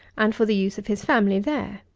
and for the use of his family there?